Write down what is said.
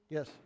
Yes